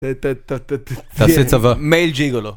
ת... ת... ת... תעשה צבא. מייל ג'יגולו.